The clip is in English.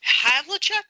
Havlicek